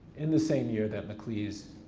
in the same year that maclise